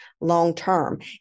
long-term